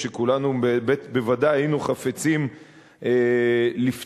שכולנו בוודאי היינו חפצים לפתור,